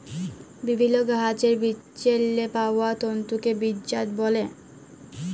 বিভিল্ল্য গাহাচের বিচেল্লে পাউয়া তল্তুকে বীজজাত ব্যলে